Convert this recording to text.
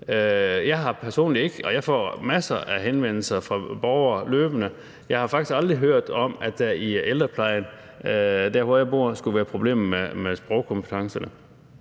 Jeg får løbende masser af henvendelser fra borgere, og jeg har faktisk aldrig hørt om, at der i ældreplejen der, hvor jeg bor, skulle være problemer med sprogkompetencerne.